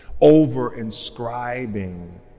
over-inscribing